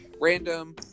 random